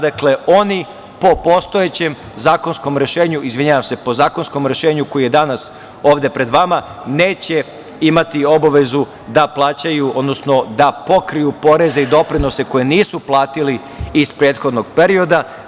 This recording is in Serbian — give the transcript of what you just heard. Dakle, oni po postojećem zakonskom rešenju, izvinjavam se po zakonskom rešenju koji je danas ovde pred vama, neće imati obavezu da plaćaju, odnosno da pokriju poreze i doprinose koje nisu platili iz prethodnog perioda.